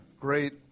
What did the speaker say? Great